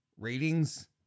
ratings